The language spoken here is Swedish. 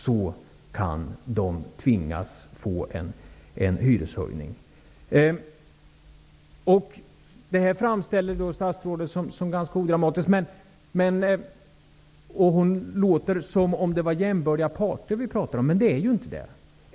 Statsrådet framställer detta som ganska odramatiskt, och det låter som om det var jämbördiga parter vi pratar om, men det är det inte.